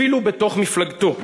אפילו בתוך מפלגתו,